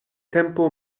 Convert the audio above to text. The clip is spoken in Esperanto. tempo